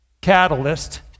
Catalyst